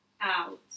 out